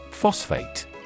Phosphate